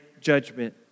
judgment